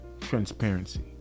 transparency